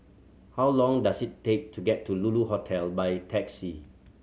how long does it take to get to Lulu Hotel by taxi